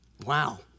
Wow